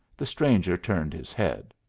the stranger turned his head.